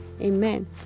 Amen